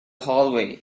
hallway